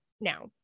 now